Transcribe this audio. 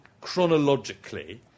chronologically